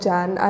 Jan